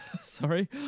sorry